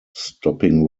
stopping